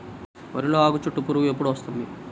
వరిలో ఆకుచుట్టు పురుగు ఎప్పుడు వస్తుంది?